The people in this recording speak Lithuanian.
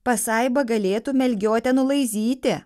pasaiba galėtų melgiotę nulaižyti